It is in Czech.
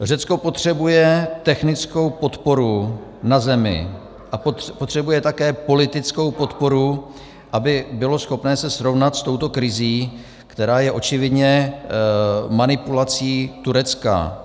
Řecko potřebuje technickou podporu na zemi a potřebuje také politickou podporu, aby bylo schopné se srovnat s touto krizí, která je očividně manipulací Turecka.